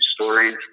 stories